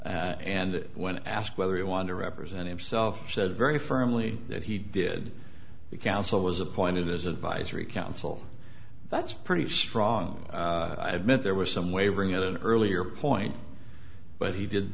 back and when asked whether he wanted to represent himself said very firmly that he did the council was appointed as advisory council that's pretty strong admit there was some wavering at an earlier point but he did